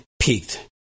peaked